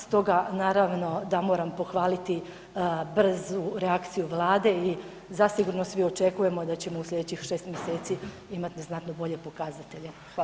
Stoga naravno da moram pohvaliti brzu reakciju Vlade i zasigurno svi očekujemo da ćemo u sljedećih 6 mjeseci imati znatno bolje pokazatelje.